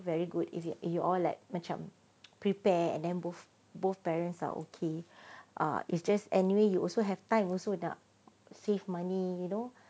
very good if you you all like macam prepare and then both both parents are okay ah it's just anyway you also have time also nak save money you know